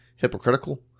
Hypocritical